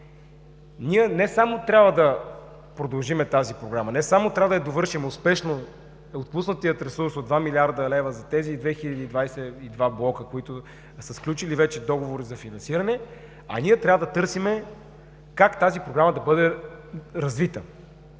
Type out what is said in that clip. Ние не само трябва да продължим тази Програма, не само трябва да я довършим успешно – отпуснатият ресурс от тези 2 млрд. лв. за тези 2022 блока, които са сключили вече договори за финансиране, ние трябва да търсим как тази Програма да бъде развита.